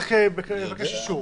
צריך לבקש אישור.